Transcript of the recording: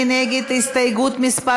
מי נגד הסתייגות מס'